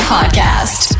Podcast